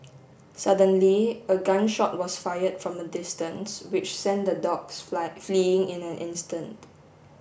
suddenly a gun shot was fired from a distance which sent the dogs fly fleeing in an instant